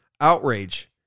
outrage